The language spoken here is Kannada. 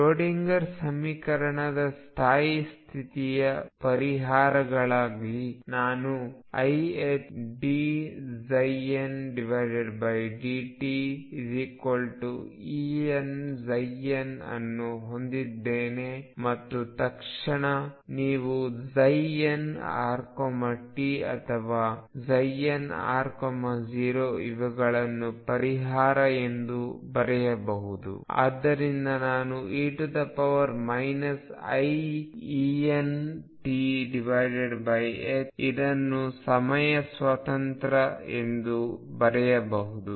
ಶ್ರೊಡಿಂಗರ್ ಸಮೀಕರಣದ ಸ್ಥಾಯಿ ಸ್ಥಿತಿಯ ಪರಿಹಾರಗಳಿಗಾಗಿನಾನು iℏdndtEnn ಅನ್ನು ಹೊಂದಿದ್ದೇನೆ ಮತ್ತು ತಕ್ಷಣ ನೀವು nrt ಅಥವಾ nr0 ಇವುಗಳನ್ನು ಪರಿಹಾರ ಎಂದು ಬರೆಯಬಹುದು ಆದ್ದರಿಂದ ನಾನು e iEnt ಇದನ್ನು ಸಮಯ ಸ್ವತಂತ್ರ ಎಂದು ಬರೆಯಬಹುದು